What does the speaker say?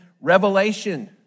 Revelation